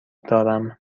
دارم